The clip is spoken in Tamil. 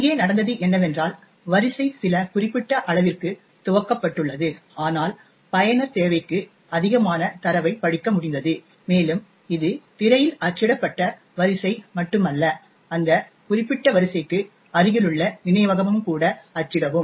இங்கே நடந்தது என்னவென்றால் அர்ரே சில குறிப்பிட்ட அளவிற்கு துவக்கப்பட்டுள்ளது ஆனால் பயனர் தேவைக்கு அதிகமான தரவைப் படிக்க முடிந்தது மேலும் இது திரையில் அச்சிடப்பட்ட அர்ரே மட்டுமல்ல அந்த குறிப்பிட்ட அர்ரேக்கு அருகிலுள்ள நினைவகமும் கூட அச்சிடவும்